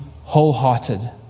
wholehearted